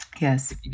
yes